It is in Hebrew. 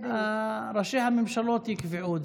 את זה ראשי הממשלות יקבעו.